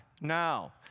now